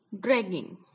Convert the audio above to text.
dragging